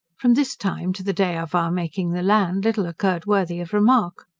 from this time to the day of our making the land, little occurred worthy of remark.